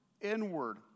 inward